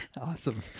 Awesome